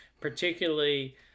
particularly